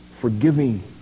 forgiving